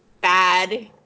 bad